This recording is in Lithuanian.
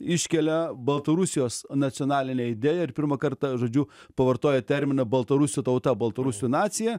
iškelia baltarusijos nacionalinę idėją ir pirmą kartą žodžiu pavartoja terminą baltarusių tauta baltarusių nacija